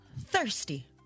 thirsty